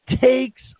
takes